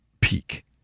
peak